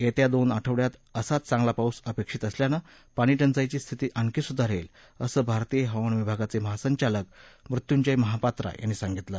येत्या दोन आठवडयात असाच चांगला पाऊस अपेक्षित असल्यानं पाणीटंचाईची स्थिती आणखी सुधारेल असं भारतीय हवामान विभागाचे महासंचालक मृत्यंजय महापात्रा यांनी सांगितलं